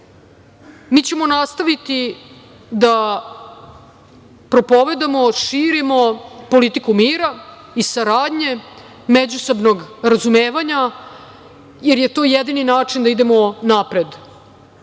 mi ćemo nastaviti da propovedamo, širimo politiku mira i saradnje, međusobnog razumevanja, jer je to jedini način da idemo napred.